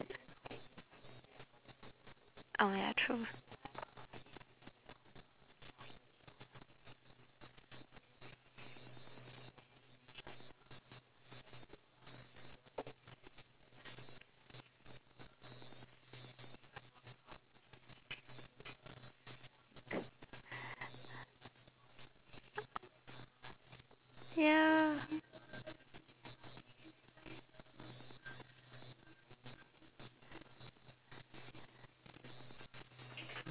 oh ya true